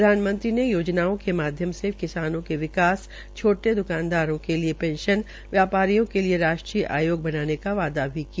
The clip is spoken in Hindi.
प्रधानमंत्री ने योजनाओ के माध्यम से किसानों के विकास छोटे द्कानदारों के लिये पेंशन व्यापारियों के लिये राष्ट्रीय आयोग बनाने का वादा भी किया